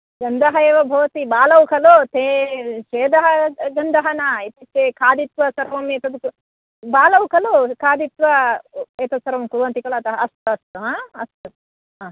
गन्धः एव भवति बालौ खलु ते स्वेदः गन्धः न ते खादित्वा सर्वम् एतद् बालौ खलु खादित्वा एतद् सर्वं कुर्वन्ति खलु अतः अस्तु अस्तु हा अस्तु हा